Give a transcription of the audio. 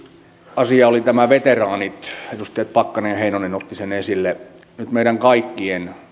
asia olivat nämä veteraanit edustajat pakkanen ja heinonen ottivat sen esille nyt meidän kaikkien